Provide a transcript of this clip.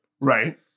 Right